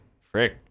frick